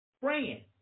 praying